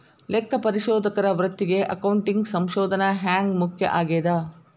ಲೆಕ್ಕಪರಿಶೋಧಕರ ವೃತ್ತಿಗೆ ಅಕೌಂಟಿಂಗ್ ಸಂಶೋಧನ ಹ್ಯಾಂಗ್ ಮುಖ್ಯ ಆಗೇದ?